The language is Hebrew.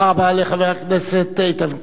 תודה רבה לחבר הכנסת איתן כבל.